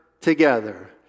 together